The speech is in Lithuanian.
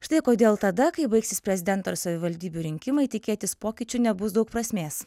štai kodėl tada kai baigsis prezidento ir savivaldybių rinkimai tikėtis pokyčių nebus daug prasmės